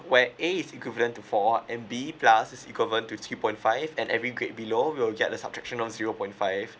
where A is equivalent to four and B plus is equivalent to three point five and every grade below will get a subtraction of zero point five